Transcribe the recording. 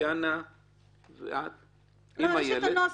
יש נוסח.